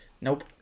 Nope